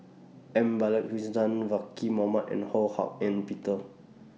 M Balakrishnan Zaqy Mohamad and Ho Hak Ean Peter